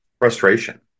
frustration